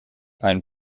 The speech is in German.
ein